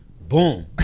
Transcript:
boom